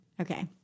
okay